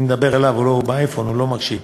אני מדבר אליו, הוא באייפון, הוא לא מקשיב.